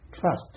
trust